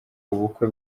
ubukwe